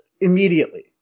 Immediately